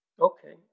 Okay